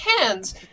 hands